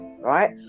right